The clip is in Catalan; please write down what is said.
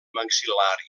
maxil·lar